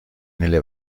nelle